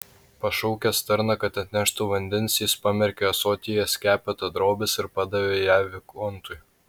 pašaukęs tarną kad atneštų vandens jis pamerkė ąsotyje skepetą drobės ir padavė ją vikontui